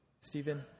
Stephen